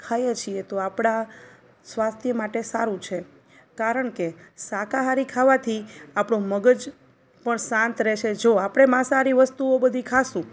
ખાઈએ છીએ તો આપણાં સ્વાસ્થ્ય માટે સારું છે કારણ કે શાકાહારી ખાવાથી આપણો મગજ પણ શાંત રહેશે જો આપણે માંસાહારી વસ્તુઓ બધી ખાઇશું